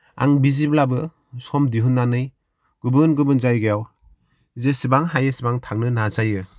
आं बिजिब्लाबो सम दिहुन्नानै गुबुन गुबुन जायगायाव जेसेबां हायो एसेबां थांनो नाजायो